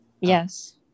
Yes